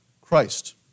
Christ